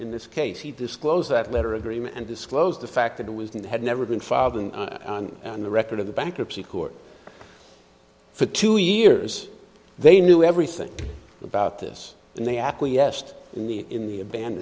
in this case he disclosed that letter agreement and disclosed the fact that it was and had never been filed and the record of the bankruptcy court for two years they knew everything about this and they acquiesced in the aband